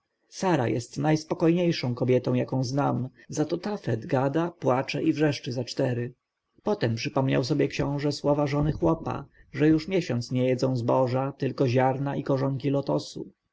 sara jest najspokojniejszą kobietą jaką znam zato tafet gada płacze i wrzeszczy za cztery potem przypomniał sobie książę słowa żony chłopa że już miesiąc nie jedzą zboża tylko ziarna i korzonki lotosu ziarno jego jest